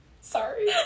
sorry